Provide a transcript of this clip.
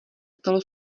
stalo